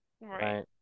right